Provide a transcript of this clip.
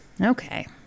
Okay